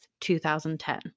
2010